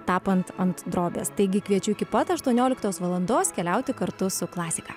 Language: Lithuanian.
tapant ant drobės taigi kviečiu iki pat aštuonioliktos valandos keliauti kartu su klasika